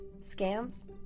scams